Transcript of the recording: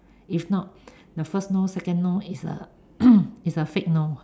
if not the first no second no is a is a fake no